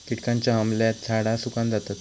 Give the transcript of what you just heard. किटकांच्या हमल्यात झाडा सुकान जातत